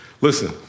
Listen